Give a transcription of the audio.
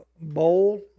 bowl